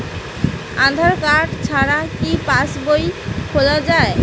আধার card ছাড়া কি পাসবই খোলা যায়?